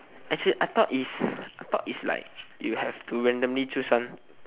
actually I though is I thought is like you have to randomly choose one